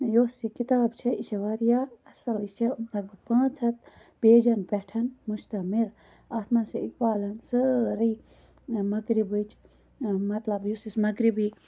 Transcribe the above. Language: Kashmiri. یُس یہِ کِتاب چھِ یہِ چھِ واریاہ اصل یہِ چھِ لَگ بَگ پانژھ ہتھ پیجَن پیٚٹھ مُشتَمِل اتھ مَنٛز چھِ اِقبالَن سٲری مَغرِبٕچ مطلب یُس یُس مَغرِبی